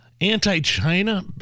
anti-china